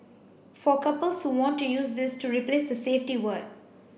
for couples who want to use this to replace the safety word